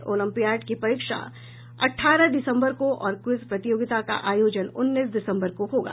Olympiad की परीक्षा अठारह दिसम्बर को और क्विज प्रतियोगिता का आयोजन उन्नीस दिसम्बर को होगी